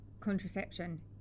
Contraception